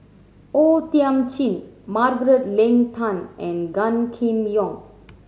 O Thiam Chin Margaret Leng Tan and Gan Kim Yong